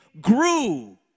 grew